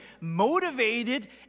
motivated